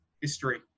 History